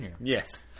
Yes